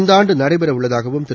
இந்த ஆண்டு நடைபெறவுள்ளதாகவும் திரு